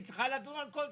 היא צריכה לדון על כל סעיף.